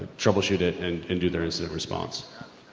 troubleshoot it and and do the incident response.